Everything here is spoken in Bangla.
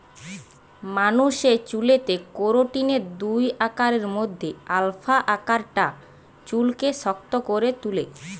মানুষের চুলেতে কেরাটিনের দুই আকারের মধ্যে আলফা আকারটা চুলকে শক্ত করে তুলে